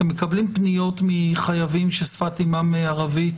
אתם מקבלים פניות מחייבים ששפת אימם ערבית